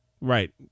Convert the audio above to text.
Right